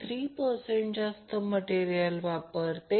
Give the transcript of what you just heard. आणि three phase केससाठी material ते थ्री वायर आहे